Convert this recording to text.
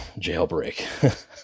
jailbreak